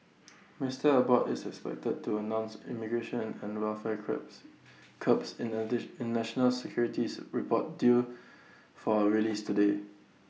Mister Abbott is expected to announce immigration and welfare crabs curbs in A in national securities report due for release today